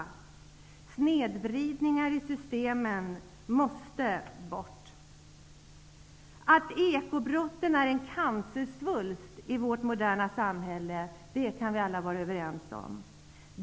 Snedvridningar i systemen måste bort. Att ekobrotten är en cansersvult i vårt moderna samhälle kan vi alla vara överens om.